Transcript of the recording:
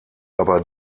aber